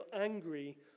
angry